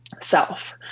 self